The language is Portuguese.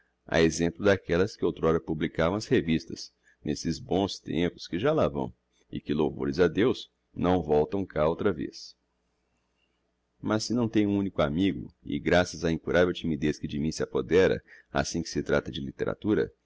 a exemplo d'aquellas que outrora publicavam as revistas n'esses bons tempos que já lá vão e que louvôres a deus não voltam cá outra vez mas se não tenho um unico amigo e graças á incuravel timidez que de mim se apodera assim que se trata de litteratura